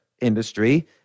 industry